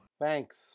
Thanks